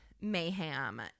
mayhem